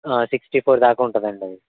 sixty four దాకా ఉంటుందండి అది